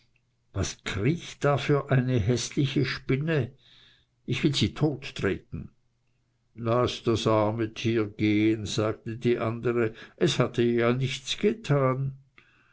was kriecht da für eine häßliche spinne ich will sie tottreten laß das arme tier gehen sagte die andere es hat dir ja nichts getan